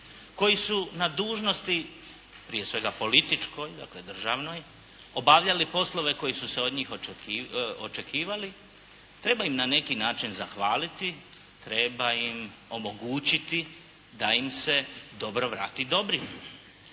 koji su na dužnosti prije svega političkoj, dakle državnoj, obavljali poslove koji su se od njih očekivali, treba im na neki način zahvaliti, treba im omogućiti da im se dobro vrati dobrim.